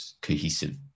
cohesive